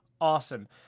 awesome